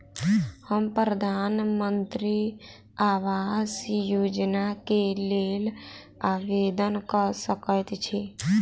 हम प्रधानमंत्री आवास योजना केँ लेल आवेदन कऽ सकैत छी?